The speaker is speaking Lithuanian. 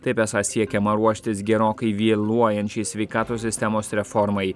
taip esą siekiama ruoštis gerokai vėluojančiai sveikatos sistemos reformai